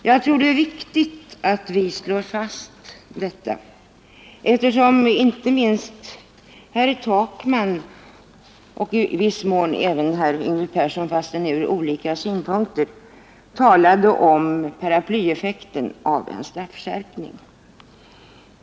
Jag tror det är viktigt att detta fastslås, eftersom inte minst herr Takman och även i viss mån herr Yngve Persson fastän ur olika synvinklar talade om paraplyeffekten av en straffskärpning.